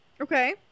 Okay